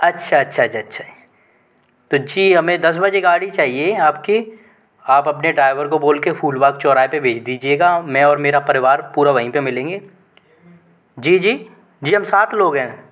अच्छा अच्छा तो जी हमें दस बजे गाड़ी चहिए आप की आप अपने ड्राइवर को बोल के फूलबाग़ चौराहे पर भेज दीजिएगा मैं और मेरा परिवार पूरा वहीं पर मिलेंगे जी जी जी हम सात लोग हैं